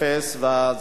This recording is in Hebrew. אין.